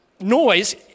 noise